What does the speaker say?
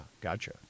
gotcha